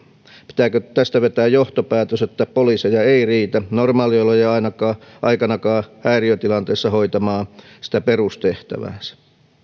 pitääkö tästä vetää johtopäätös että poliiseja ei riitä normaaliolojen aikanakaan häiriötilanteessa hoitamaan sitä perustehtäväänsä